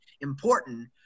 important